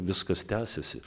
viskas tęsiasi